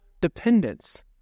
dependence